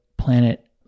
planet